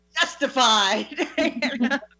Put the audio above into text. justified